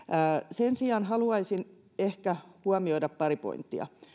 sen sijaan haluaisin ehkä huomioida pari pointtia